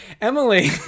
Emily